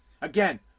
Again